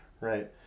right